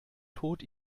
tod